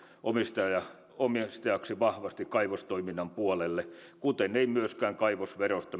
omistajaksi vahvasti kaivostoiminnan puolelle kuten ei myöskään kaivosverosta